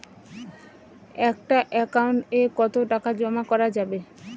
একটা একাউন্ট এ কতো টাকা জমা করা যাবে?